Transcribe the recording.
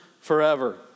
forever